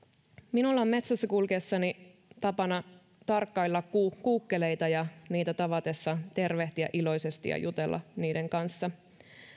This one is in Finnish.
minulla on metsässä kulkiessani tapana tarkkailla kuukkeleita ja niitä tavatessa tervehtiä iloisesti ja jutella niiden kanssa